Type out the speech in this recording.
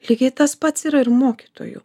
lygiai tas pats yra ir mokytojų